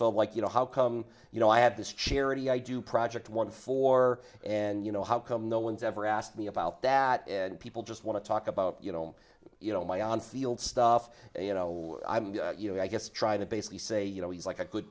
felt like you know how come you know i had this charity i do project one for and you know how come no one's ever asked me about that and people just want to talk about you know you know my on field stuff and you know i'm you know i guess trying to basically say you know he's like a good